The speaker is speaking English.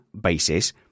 basis